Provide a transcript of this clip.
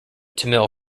tamil